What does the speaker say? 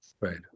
Right